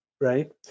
right